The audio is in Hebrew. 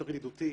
יותר ידידותי,